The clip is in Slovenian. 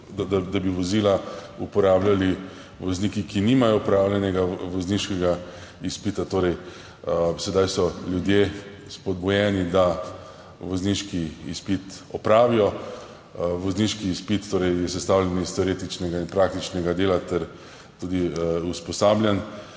da bi vozila uporabljali vozniki, ki nimajo opravljenega vozniškega izpita. Sedaj so ljudje spodbujeni, da vozniški izpit opravijo. Vozniški izpit je sestavljen iz teoretičnega in praktičnega dela ter tudi usposabljanj.